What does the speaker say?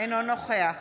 אינו נוכח